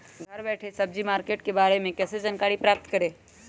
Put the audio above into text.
घर बैठे सब्जी मार्केट के बारे में कैसे जानकारी प्राप्त करें?